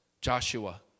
Joshua